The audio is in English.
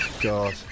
God